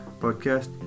podcast